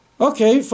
Okay